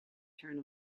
turn